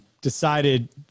decided